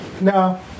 No